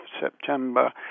September